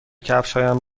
کفشهایم